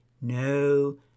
no